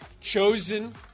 chosen